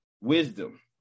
wisdom